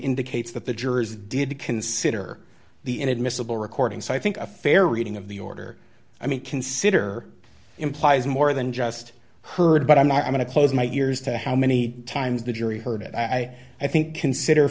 indicates that the jurors did consider the inadmissible recording so i think a fair reading of the order i mean consider implies more than just heard but i'm not going to close my ears to how many times the jury heard it i i think consider